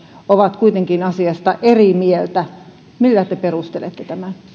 ovat kuitenkin asiasta eri mieltä millä te perustelette tämän